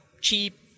cheap